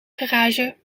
garage